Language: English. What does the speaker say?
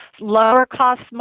Lower-cost